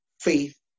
faith